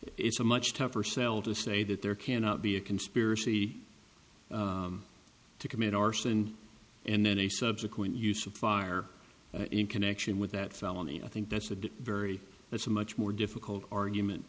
it's a much tougher sell to say that there cannot be a conspiracy to commit arson and then a subsequent use of fire in connection with that felony i think that's the very that's a much more difficult argument